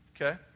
Okay